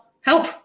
Help